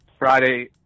Friday